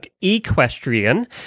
equestrian